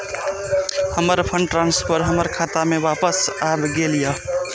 हमर fund transfer हमर खाता में वापस आब गेल या